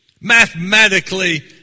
mathematically